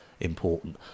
important